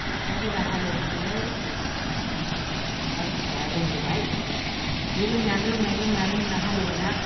बिफाफोरा हालेवनानै खिन्थाबाय ओमफ्राय फिसाया रोंबोबाय बे रोंनायानो रोंना रोंना रोंना रोंना हालेवबाय ना